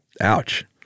Ouch